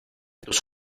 tus